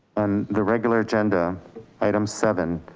on the regular agenda item seven,